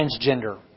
transgender